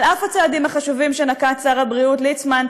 על אף הצעדים החשובים שנקט שר הבריאות ליצמן,